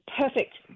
perfect